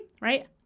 right